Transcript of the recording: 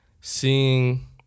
seeing